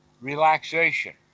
relaxation